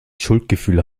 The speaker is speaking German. schuldgefühle